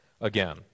again